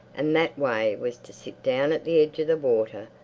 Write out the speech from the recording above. and that way was to sit down at the edge of the water,